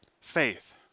Faith